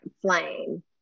flame